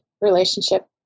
relationship